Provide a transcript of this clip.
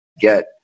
get